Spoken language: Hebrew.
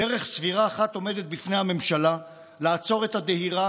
דרך סבירה אחת עומדת בפני הממשלה: לעצור את הדהירה